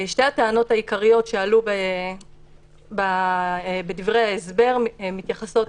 שתי הטענות העיקריות שעלו בדברי ההסבר מתייחסות